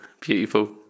Beautiful